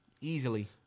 Easily